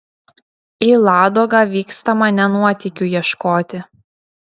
į ladogą vykstama ne nuotykių ieškoti